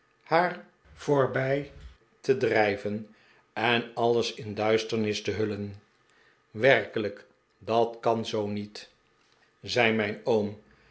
haar voorbij te drijven en alles in duisternis te hullen werkelijk dat kan zoo niet zei mijn oom